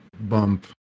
bump